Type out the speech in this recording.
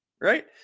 right